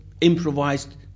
improvised